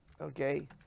okay